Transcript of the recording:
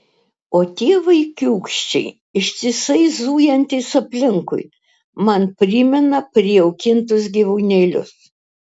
o tie vaikiūkščiai ištisai zujantys aplinkui man primena prijaukintus gyvūnėlius